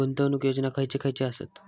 गुंतवणूक योजना खयचे खयचे आसत?